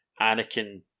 Anakin